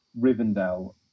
Rivendell